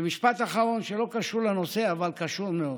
ומשפט אחרון שלא קשור לנושא, אבל קשור מאוד.